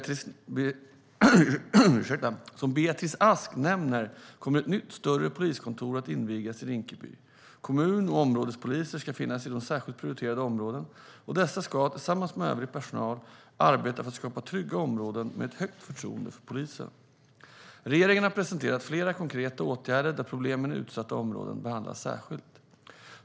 Som Beatrice Ask nämner kommer ett nytt, större poliskontor att invigas i Rinkeby. Kommun och områdespoliser ska finnas i de särskilt prioriterade områdena, och dessa ska, tillsammans med övrig personal, arbeta för att skapa trygga områden med ett högt förtroende för polisen. Regeringen har presenterat flera konkreta åtgärder där problemen i utsatta områden behandlas särskilt.